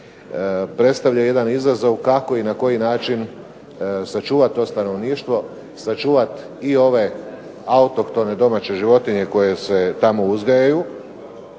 predstavlja jedan izazov kako i na koji način sačuvati to stanovništvo, sačuvat i ove autohtone domaće životinje koje se tamo uzgajaju